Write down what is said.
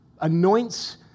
anoints